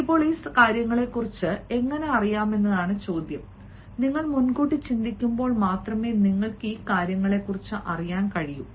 ഇപ്പോൾ ഈ കാര്യങ്ങളെക്കുറിച്ച് എങ്ങനെ അറിയാമെന്നതാണ് ചോദ്യം നിങ്ങൾ മുൻകൂട്ടി ചിന്തിക്കുമ്പോൾ മാത്രമേ നിങ്ങൾക്ക് ഈ കാര്യങ്ങളെക്കുറിച്ച് അറിയാൻ കഴിയൂ